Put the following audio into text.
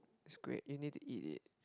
it's great you need to eat it